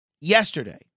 yesterday